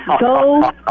Go